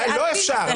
לא אפשר,